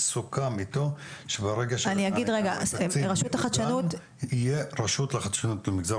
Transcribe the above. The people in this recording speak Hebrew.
סוכם איתו שברגע שהתקציב יעוגן יהיה רשות לחדשנות במגזר